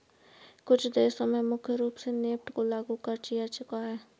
कुछ देशों में मुख्य रूप से नेफ्ट को लागू किया जा चुका है